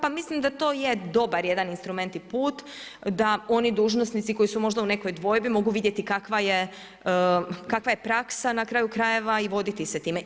Pa mislim da to je dobar jedan instrument i put, da oni dužnosnici, koji su možda u nekoj dvojbi, mogu vidjeti kakva je praksa na kraju krajeva i voditi se time.